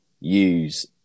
use